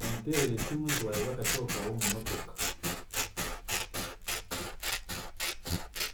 Ndamuteerera esimu, nti waayebwa akashaho kaawe omu mutoka.